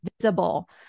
visible